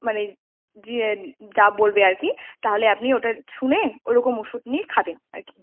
মানে গিয়ে যা বলবে আর কি তাহলে আপনি ওটা শুনে ওই রকম ওষুধ নিয়ে খাবেন আর কি